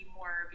more